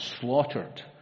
slaughtered